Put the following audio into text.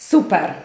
Super